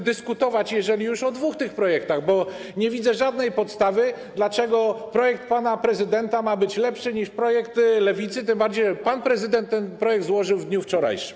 żeby dyskutować, jeżeli już, o dwóch tych projektach, bo nie widzę żadnej podstawy, dlaczego projekt pana prezydenta ma być lepszy niż projekt Lewicy, tym bardziej że pan prezydent ten projekt złożył w dniu wczorajszym.